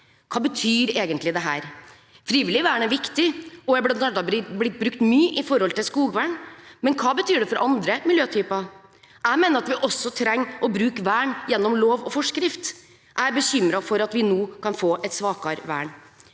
Hva betyr egentlig dette? Frivillig vern er viktig og er bl.a. blitt brukt mye i forbindelse med skogvern. Men hva betyr det for andre miljøtyper? Jeg mener at vi også trenger å bruke vern gjennom lov og forskrift. Jeg er bekymret for at vi nå kan få et svakere vern.